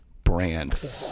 brand